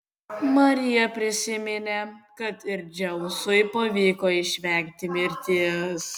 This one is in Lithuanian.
marija prisiminė kad ir dzeusui pavyko išvengti mirties